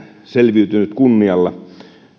selviytynyt kunnialla